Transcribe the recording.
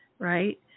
right